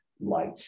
Lights